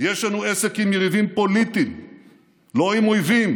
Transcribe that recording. יש לנו עסק עם יריבים פוליטיים, לא עם אויבים.